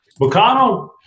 McConnell